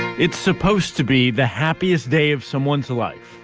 it's supposed to be the happiest day of someone's life.